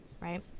right